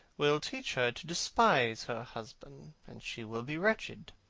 will teach her to despise her husband, and she will be wretched.